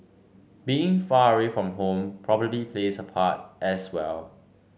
being far away from home probably plays a part as well